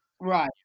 right